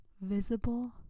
visible